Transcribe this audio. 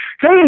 Hey